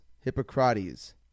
hippocrates